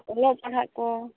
ᱚᱞᱚᱜ ᱯᱟᱲᱦᱟᱜ ᱠᱚ